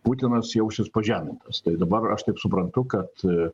putinas jausis pažemintas tai dabar aš taip suprantu kad